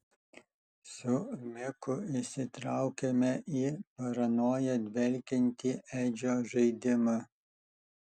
su miku įsitraukėme į paranoja dvelkiantį edžio žaidimą